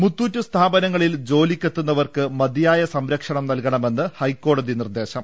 മുത്തൂറ്റ് സ്ഥാപനങ്ങളിൽ ജോലിക്കെത്തുന്നവർക്ക് മതിയായ സംരക്ഷണം നൽകണമെന്ന് ഹൈക്കോടതി നിർദേശം